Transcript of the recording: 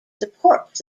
supports